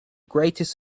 greatest